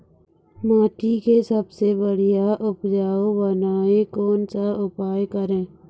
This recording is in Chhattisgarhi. माटी के सबसे बढ़िया उपजाऊ बनाए कोन सा उपाय करें?